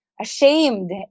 ashamed